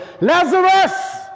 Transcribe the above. Lazarus